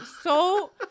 so-